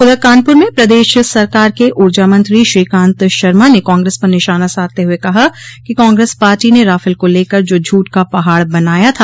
उधर कानपुर में प्रदेश सरकार के ऊर्जा मंत्री श्रीकांत शर्मा ने कांग्रेस पर निशाना साधते हुए कहा कि कांग्रेस पार्टी ने राफेल को लेकर जो झूठ का पहाड़ बनाया था